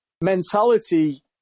mentality